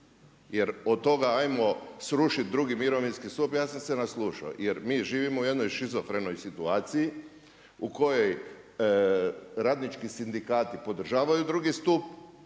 Jer od toga ajmo srušiti drugi mirovinski stup, ja sam se naslušao. Jer mi živimo u jednoj šizofrenoj situaciji u kojoj radnički sindikati podržavaju drugi stup,